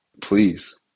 please